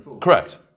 correct